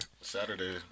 Saturday